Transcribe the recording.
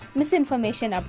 misinformation